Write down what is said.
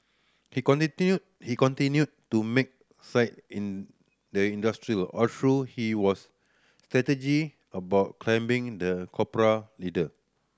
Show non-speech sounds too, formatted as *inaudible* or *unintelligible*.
he *unintelligible* he continued to make side in the industry although he was strategic about climbing the corporate ladder